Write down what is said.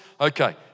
Okay